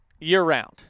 Year-round